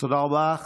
תודה רבה.